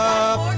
up